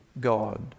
God